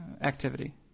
activity